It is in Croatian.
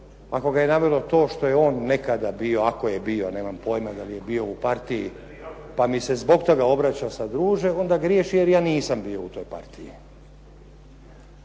Ako ga je navelo to što je on nekada bio, ako je bio, nemam pojma dal' je bio u partiji pa mi se zbog toga obraća sa druže, onda griješi jer ja nisam bio u toj partiji.